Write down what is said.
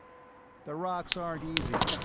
the rocks aren't easy,